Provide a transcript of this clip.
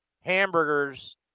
hamburgers